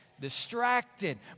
Distracted